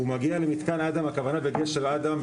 הוא מגיע למתקן אדם - הכוונה בגשר אדם,